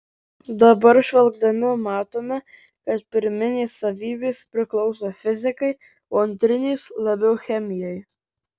dabar žvelgdami matome kad pirminės savybės priklauso fizikai o antrinės labiau chemijai